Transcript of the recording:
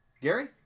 Gary